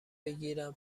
بگیرن